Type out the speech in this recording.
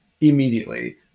immediately